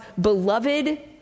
beloved